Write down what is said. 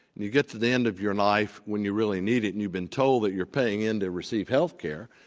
you get to the end of your life, when you really need it, and you've been told that you're paying in to receive healthcare,